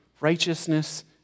righteousness